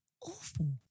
awful